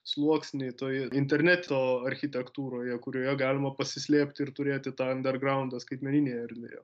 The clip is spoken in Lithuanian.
sluoksnį toje interneto architektūroje kurioje galima pasislėpti ir turėti tą undergraundą skaitmeninėje erdvėje